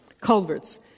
culverts